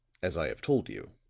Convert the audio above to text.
as i have told you.